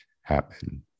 happen